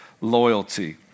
loyalty